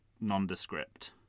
nondescript